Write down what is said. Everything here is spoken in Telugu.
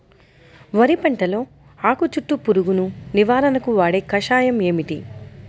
వరి పంటలో ఆకు చుట్టూ పురుగును నివారణకు వాడే కషాయం ఏమిటి?